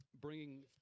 bringing